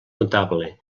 notable